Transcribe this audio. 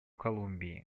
колумбии